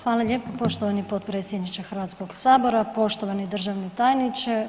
Hvala lijepo poštovani potpredsjedniče Hrvatskog sabora, poštovani državni tajniče.